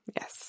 Yes